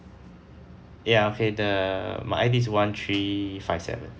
ya okay the my I_D is one three five seven